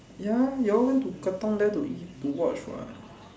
ya you all went to Katong there to eat to watch what